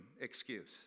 excuse